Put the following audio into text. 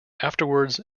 afterwards